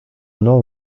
know